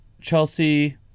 Chelsea